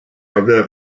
avait